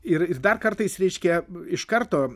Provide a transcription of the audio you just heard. ir ir dar kartais reiškia iš karto